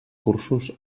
cursos